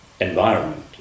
environment